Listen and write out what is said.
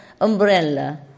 umbrella